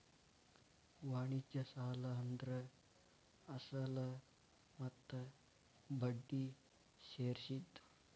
ವಾಣಿಜ್ಯ ಸಾಲ ಅಂದ್ರ ಅಸಲ ಮತ್ತ ಬಡ್ಡಿ ಸೇರ್ಸಿದ್